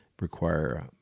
require